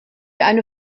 eine